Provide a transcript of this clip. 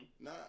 nah